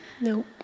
Nope